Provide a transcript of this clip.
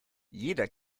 jeder